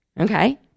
Okay